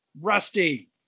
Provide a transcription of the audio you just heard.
Rusty